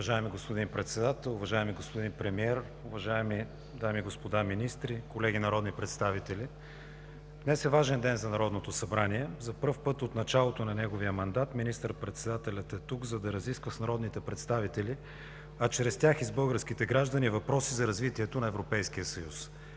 Уважаеми господин Председател, уважаеми господин Премиер, уважаеми дами и господа министри, колеги народни представители! Днес е важен ден за Народното събрание. За пръв път от началото на неговия мандат министър-председателят е тук, за да разисква с народните представители, а чрез тях и с българските граждани въпроси за развитието на Европейския съюз.